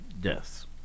deaths